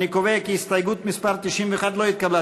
אני קובע כי הסתייגות מס' 91 לא התקבלה.